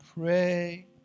pray